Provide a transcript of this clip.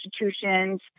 institutions